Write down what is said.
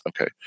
Okay